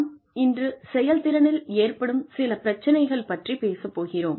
நாம் இன்று செயல்திறனில் ஏற்படும் சில பிரச்சனைகள் பற்றிப் பேசப் போகிறோம்